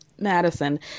madison